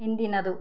ಹಿಂದಿನದು